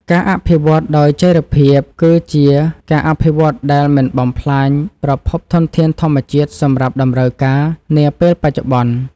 ការអភិវឌ្ឍដោយចីរភាពគឺជាការអភិវឌ្ឍដែលមិនបំផ្លាញប្រភពធនធានធម្មជាតិសម្រាប់តម្រូវការនាពេលបច្ចុប្បន្ន។